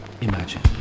imagine